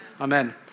Amen